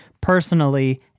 personally